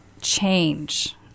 change